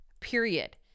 period